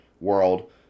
world